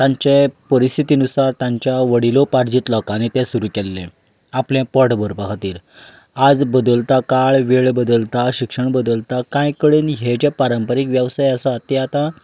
तांचे परिस्थिती नुसार तांच्या वडिलो पाट जो लोकानी तें सुरू केल्लें आपलें पोट भरपा खातीर आयज बदलता काळ वेळ बदलता शिक्षण बदलता कांय कडेन हे जे पारंपारीक वेवसाय आसात ते आतांं